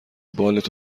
بالت